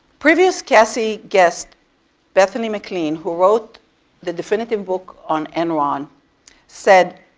previous casi guest bethany mclean, who wrote the definitive book on enron said,